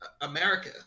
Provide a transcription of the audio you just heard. America